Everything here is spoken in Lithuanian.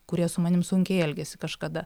kurie su manim sunkiai elgėsi kažkada